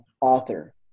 author